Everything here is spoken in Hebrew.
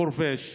חורפיש,